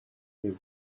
they